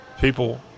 people